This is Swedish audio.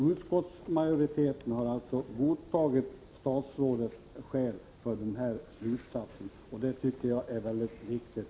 Utskottsmajoriteten har godtagit statsrådets skäl för denna slutsats, och det tycker jag är väldigt viktigt.